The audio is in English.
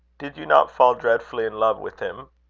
did you not fall dreadfully in love with him?